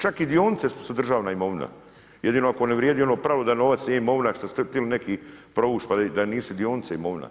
Čak i dionice su državna imovina, jedino ako ne vrijedi ono pravilo da novac nije imovina što su htjeli neki provući pa da nisu dionice imovina